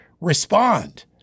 respond